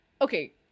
Okay